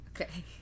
Okay